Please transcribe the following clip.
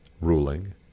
ruling